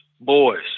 boys